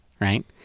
right